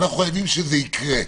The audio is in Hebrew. אנחנו חייבים שזה יקרה.